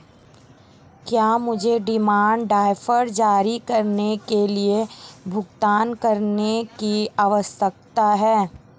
क्या मुझे demand draft जारी करने के लिए भुगतान करने की आवश्यकता है?